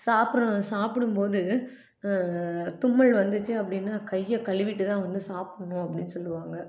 சாப்பு சாப்பிடும் போது தும்மல் வந்துச்சு அப்படின்னா கையை கழுவிட்டு தான் வந்து சாப்பிட்ணும் அப்படின்னு சொல்லுவாங்க